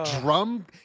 drum